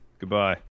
Goodbye